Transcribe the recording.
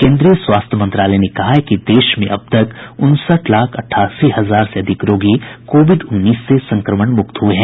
केन्द्रीय स्वास्थ्य मंत्रालय ने कहा है कि देश में अब तक उनसठ लाख अट्ठासी हजार से अधिक रोगी कोविड उन्नीस से संक्रमण मुक्त हुए हैं